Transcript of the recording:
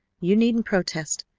you needn't protest.